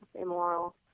immoral